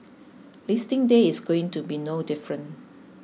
listing day is going to be no different